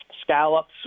scallops